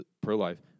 pro-life